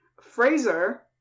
Fraser